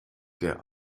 der